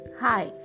Hi